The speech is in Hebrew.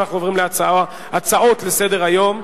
אנחנו עוברים להצעות לסדר-היום.